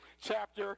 chapter